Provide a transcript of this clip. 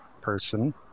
person